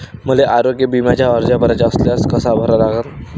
मले आरोग्य बिम्याचा अर्ज भराचा असल्यास कसा भरा लागन?